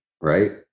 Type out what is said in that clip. right